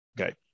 okay